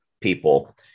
people